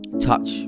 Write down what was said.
Touch